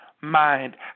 mind